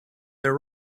their